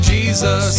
Jesus